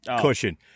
cushion